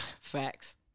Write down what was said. Facts